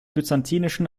byzantinischen